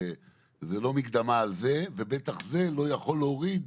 זה לא מקדמה על זה ובטח זה לא יכול להוריד